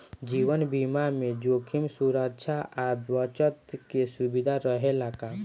जीवन बीमा में जोखिम सुरक्षा आ बचत के सुविधा रहेला का?